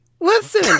Listen